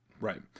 Right